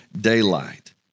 daylight